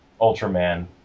ultraman